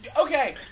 Okay